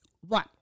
One